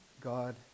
God